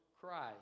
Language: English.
Christ